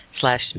slash